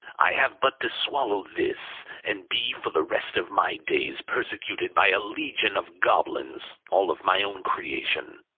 i have but to swallow this, and be for the rest of my days persecuted by a legion of goblins, all of my own creation.